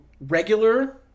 regular